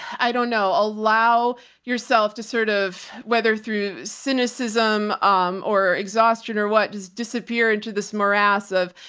i don't know allow yourself to sort of weather through cynicism um or exhausted or what just disappear into this morass of,